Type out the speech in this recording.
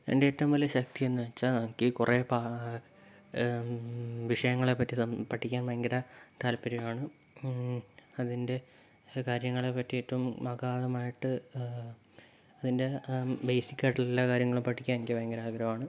എൻ്റെ ഏറ്റവും വലിയ ശക്തിയെന്ന് വച്ചാൽ നമുക്ക് ഈ കുറേ വിഷയങ്ങളെപ്പറ്റി പഠിക്കാൻ ഭയങ്കര താത്പര്യമാണ് അതിൻ്റെ കാര്യങ്ങളെപ്പറ്റിയിട്ടും അഗാധമായിട്ട് അതിൻ്റെ ആ ബേസിക്കായിട്ടുള്ള കാര്യങ്ങളും പഠിക്കാൻ എനിക്ക് ഭയങ്കര ആഗ്രഹമാണ്